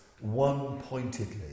one-pointedly